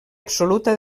absoluta